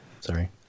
sorry